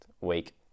week